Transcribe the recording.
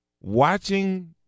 Watching